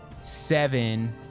seven